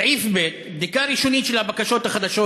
סעיף ב': בדיקה ראשונית של הבקשות החדשות